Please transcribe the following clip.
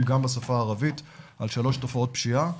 גם בשפה הערבית על שלוש תופעות פשיעה,